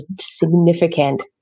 significant